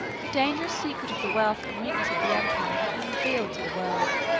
the dangerous secret of the wealth and weakness of the empire had been revealed to the world.